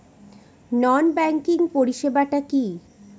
নন banking পরিষেবা টা কি?